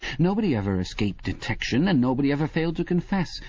nobody ever escaped detection, and nobody ever failed to confess.